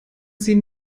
sie